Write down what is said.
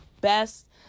best-